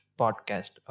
podcast